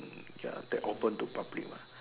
mm ya that open to public what